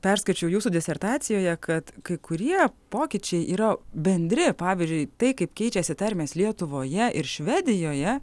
perskaičiau jūsų disertacijoje kad kai kurie pokyčiai yra bendri pavyzdžiui tai kaip keičiasi tarmės lietuvoje ir švedijoje